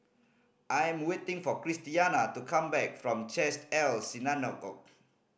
I am waiting for Christiana to come back from Chesed El Synagogue